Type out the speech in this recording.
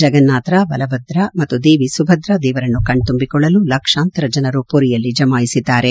ಜಗನ್ನಾಥ ಬಾಲಭದ್ರ ಮತ್ತು ದೇವಿ ಸುಭದ್ರಾ ದೇವರನ್ನು ಕಣ್ತುಂಬಿಕೊಳ್ಳಲು ಲಕ್ಷಾಂತರ ಜನರು ಪುರಿಯಲ್ಲಿ ಜಮಾಯಿಸಿದ್ದಾರೆ